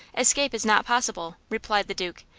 escape is not possible, replied the duke,